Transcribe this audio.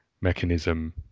mechanism